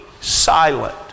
silent